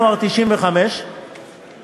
אם באמת, אני אומר למה כן לתעד,